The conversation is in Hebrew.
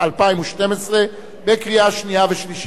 2012, לקריאה שנייה ושלישית.